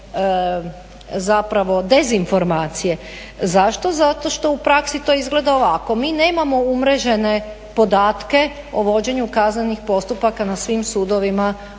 teške zapravo dezinformacije. Zašto, zato što u praksi izgleda ovako. Mi nemamo umrežene podatke o vođenju kaznenih postupaka na svim sudovima